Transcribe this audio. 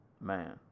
man